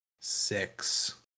six